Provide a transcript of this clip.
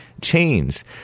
Chains